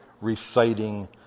reciting